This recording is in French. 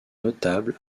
notable